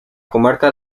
comarca